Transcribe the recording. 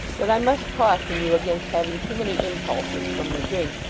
that i must caution you against having too many impulses from the drink,